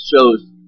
shows